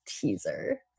teaser